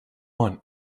want